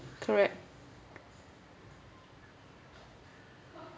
correct